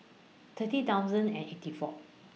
thirty thousand and eighty four